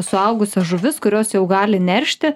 suaugusias žuvis kurios jau gali neršti